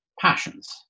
passions